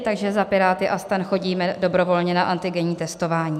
Takže za Piráty a STAN chodíme dobrovolně na antigenní testování.